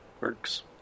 works